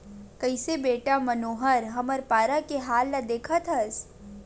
कइसे बेटा मनोहर हमर पारा के हाल ल देखत हस